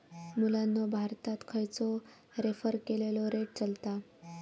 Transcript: मुलांनो भारतात खयचो रेफर केलेलो रेट चलता?